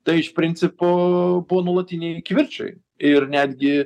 tai iš principo buvo nuolatiniai kivirčai ir netgi